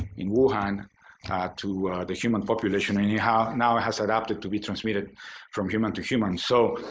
in wuhan to the human population. and now it has adapted to be transmitted from human to human. so,